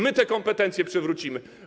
My te kompetencje przywrócimy.